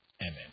Amen